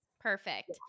Perfect